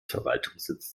verwaltungssitz